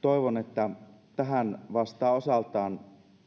toivon että tähän vastaa osaltaan